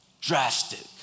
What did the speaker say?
drastic